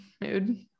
mood